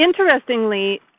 interestingly